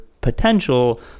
potential